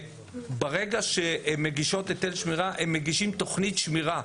ברגע שהן מגישות היטל שמירה הן מגישות תוכנית שמירה.